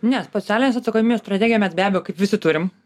ne socialinės atsakomybės strategiją mes be abejo kaip visi turim